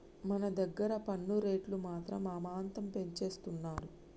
మన దగ్గర పన్ను రేట్లు మాత్రం అమాంతం పెంచేస్తున్నారు